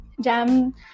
jam